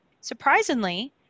Surprisingly